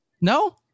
No